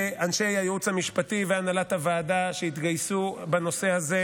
לאנשי הייעוץ המשפטי והנהלת הוועדה שהתגייסו בנושא הזה,